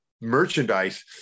merchandise